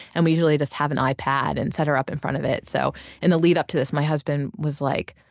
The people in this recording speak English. and we usually just have an ipad and set her up in front of it. so in the lead up to this, my husband was like,